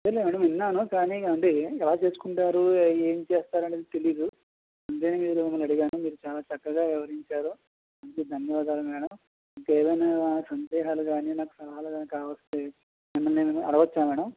అదేలెండి విన్నాను కానీ అంటే ఎలా చేసుకుంటారు ఏం చేస్తారనేది తెలీదు అందుకనే నేను మిమల్ని అడిగాను మీరు చాలా చక్కగా వివరించారు మీకు ధన్యవాదాలు మేడం ఇంకా ఏవైనా సందేహాలు గాని నాకు సలహాలు గాని కావాల్సి వస్తే మిమల్ని నేను అడగొచ్చా మ్యాడమ్